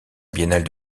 biennale